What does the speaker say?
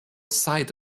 site